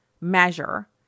measure